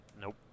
nope